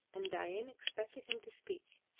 and dain expected him to speak,